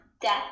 death